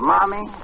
Mommy